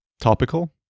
topical